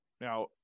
Now